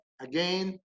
again